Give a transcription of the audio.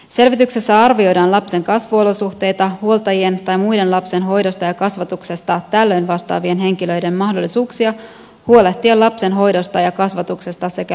selvityksessä arvioidaan lapsen kasvuolosuhteita huoltajien tai muiden lapsen hoidosta ja kasvatuksesta tällöin vastaavien henkilöiden mahdollisuuksia huolehtia lapsen hoidosta ja kasvatuksesta sekä lastensuojelutoimenpiteiden tarvetta